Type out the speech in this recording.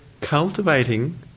cultivating